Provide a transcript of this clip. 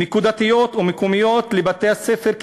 נקודתיות או מקומיות לבתי-הספר,